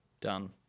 done